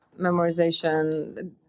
memorization